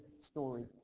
story